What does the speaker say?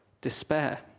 despair